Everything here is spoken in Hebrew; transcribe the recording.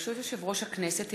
ברשות יושב-ראש הכנסת,